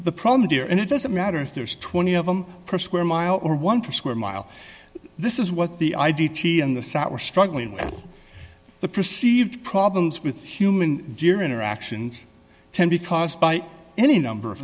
the problem here and it doesn't matter if there's twenty of them per square mile or one preschool mile this is what the id t and the south were struggling with the perceived problems with human deer interactions ten because by any number of